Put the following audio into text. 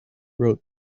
wrote